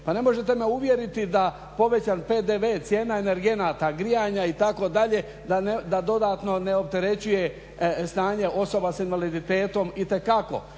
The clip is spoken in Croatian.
Pa ne možete me uvjeriti da povećan PDV, cijene energenata, grijanja itd. da dodatno ne opterećuje stanje osoba sa invaliditetom, itekako.